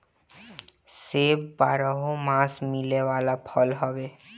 सेब बारहोमास मिले वाला फल हवे